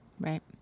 Right